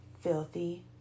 Filthy